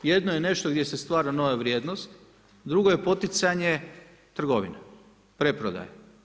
Jedno je nešto gdje se stvara nova vrijednost, drugo je poticanje trgovine, preprodaja.